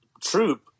troop